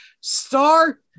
star